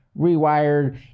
rewired